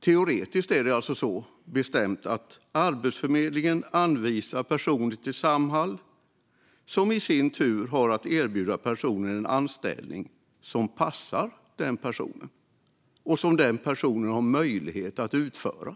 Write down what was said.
Teoretiskt är det så bestämt att Arbetsförmedlingen anvisar personer till Samhall, som i sin tur har att erbjuda en anställning som passar den personen med arbete som den personen har möjlighet att utföra.